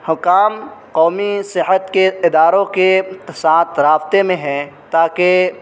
حکام قومی صحت کے اداروں کے ساتھ رابطے میں ہیں تاکہ